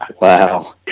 Wow